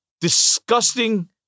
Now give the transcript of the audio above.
disgusting